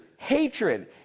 Hatred